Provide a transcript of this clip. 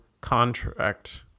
contract